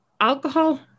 alcohol